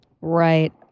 Right